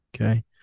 Okay